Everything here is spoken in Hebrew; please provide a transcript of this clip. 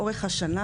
היא לאורך השנה,